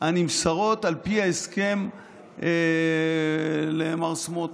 הנמסרות על פי ההסכם למר סמוטריץ'.